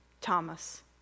Thomas